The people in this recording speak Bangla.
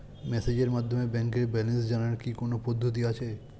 মেসেজের মাধ্যমে ব্যাংকের ব্যালেন্স জানার কি কোন পদ্ধতি আছে?